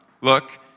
Look